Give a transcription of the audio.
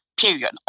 Period